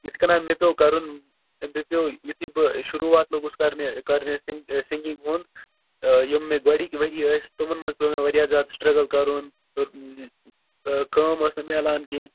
یِتھ کَنۍ مےٚ پیٚوکَرُن مےٚ پیٚو یُتھی بہٕ شُروعات لوٚگُس کَرنہِ کَرنہِ سِنگِنگ ہُنٛد تہٕ یِم مےٚ گۄڑنِکۍ ؤری ٲسۍ تِمَن منٛز پیٚو مےٚ واریاہ زیادٕ سٕٹَرگٕل کَرُن تہٕ تہٕ کٲم ٲس نہٕ مِلان کِہِنۍ